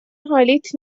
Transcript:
حالیت